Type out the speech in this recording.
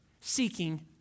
seeking